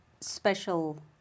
special